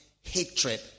hatred